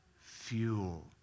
fuel